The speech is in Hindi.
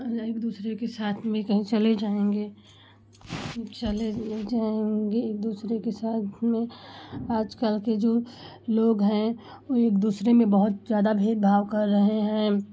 एक दूसरे के साथ में कहीं चले जाएँगे चले जाएँगे एक दूसरे के साथ में आजकल के जो लोग है वो एक दूसरे में बहुत ज़्यादा भेदभाव कर रहे हैं